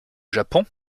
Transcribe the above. japon